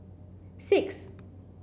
six